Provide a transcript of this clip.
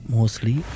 Mostly